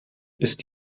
ist